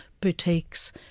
boutiques